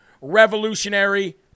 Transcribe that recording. Revolutionary